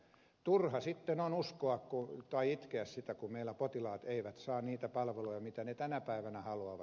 turha sitten on itkeä sitä kun meillä potilaat eivät saa niitä palveluja mitä ne tänä päivänä haluavat